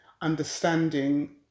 understanding